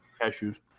cashews